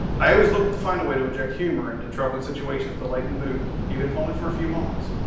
i always look to find a way to inject humor into troubling situations to lighten the mood even if only for a few moments.